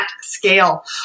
scale